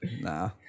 Nah